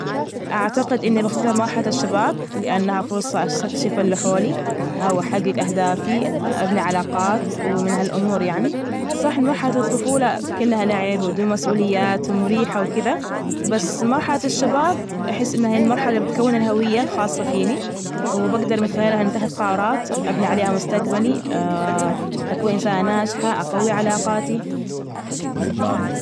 أعتقد إنى بختار مرحلة الشباب، لأنها فرصة أستكشف ال حولي و أحجج أهدافي، أبني علاقات، ومن هالأمور يعني صح، مرحلة الطفولة كلها لعب بدون مسؤوليات ومريحة وكده، بس مرحلة الشباب أحس إنها هي المرحلة بتكون الهوية الخاصة فيني وبجدر من خلالها نتخذ قرارات أبني عليها مستقبلي، أكون إنسانة ناجحة أقوي علاقاتي.